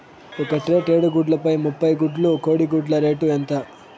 ఒక ట్రే కోడిగుడ్లు ముప్పై గుడ్లు కోడి గుడ్ల రేటు ఎంత?